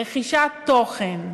רכישת תוכן,